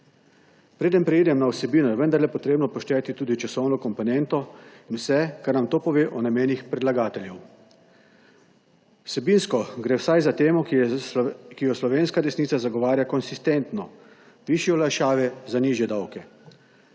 Preden preidem na vsebino, je vendar treba upoštevati tudi časovno komponento in vse, kar nam to pove o namenih predlagateljev. Vsebinsko gre za temo, ki jo slovenska desnica zagovarja konsistentno, višje olajšave za nižje davke.